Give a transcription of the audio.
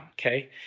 okay